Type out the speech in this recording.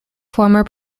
former